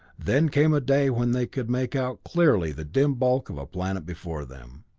then came a day when they could make out clearly the dim bulk of a planet before them,